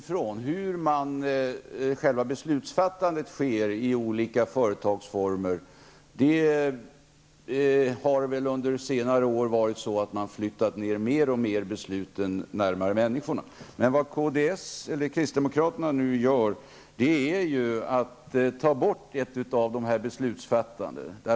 Fru talman! Stefan Attefall säger att vi vill att allt skall styras uppifrån. Men under senare år har besluten i skilda företag flyttats allt närmare människorna. Kristdemokraterna vill nu ta bort en del av detta beslutsfattande.